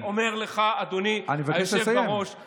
אני אומר לך, אדוני היושב בראש, אני מבקש לסיים.